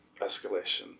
escalation